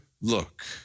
look